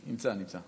נמצא, נמצא.